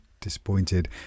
Disappointed